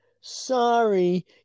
Sorry